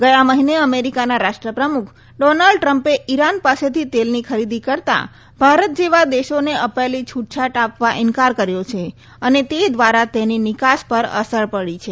ગયા મહિને અમેરિકાના રાષ્ટ્રપ્રમુખ ડોનાલ્ડ ટ્રમ્પે ઈરાન પાસેથી તેલની ખરીદી કરતાં ભારત જેવા દેશોને અપાયેલી છૂટછાટ આપવા ઈન્કાર કર્યો છે અને તે દ્વારા તેની નિકાસ પર અસર પડી છે